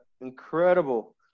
incredible